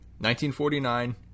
1949